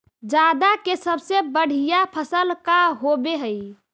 जादा के सबसे बढ़िया फसल का होवे हई?